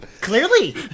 Clearly